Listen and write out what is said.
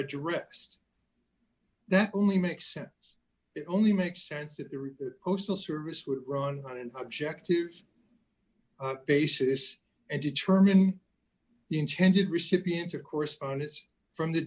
addressed that only makes sense it only makes sense that the postal service would run on an objective basis and determine the intended recipient of correspondence from the